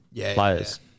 players